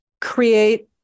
create